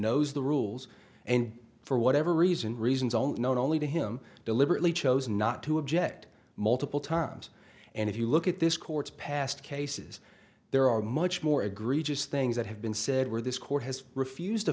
knows the rules and for whatever reason reasons only known only to him deliberately chose not to object multiple times and if you look at this court's past cases there are much more egregious things that have been said where this court has refused to